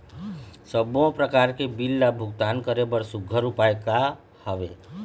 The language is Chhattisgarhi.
सबों प्रकार के बिल ला भुगतान करे बर सुघ्घर उपाय का हा वे?